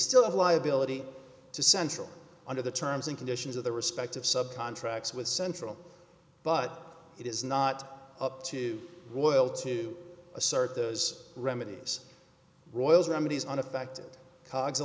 still have liability to central under the terms and conditions of the respective sub contracts with central but it is not up to the oil to assert those remedies roils remedies unaffected coggs